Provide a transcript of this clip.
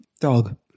Dog